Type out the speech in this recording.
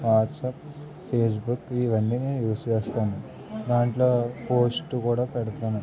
WhatsApp Facebook ఇవన్నీ నేను use చేస్తాను దాంట్లో పోస్ట్ కూడా పెడతాను